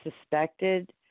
suspected